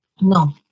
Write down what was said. No